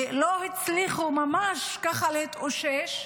שהם לא הצליחו ממש להתאושש,